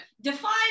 Define